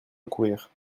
accourir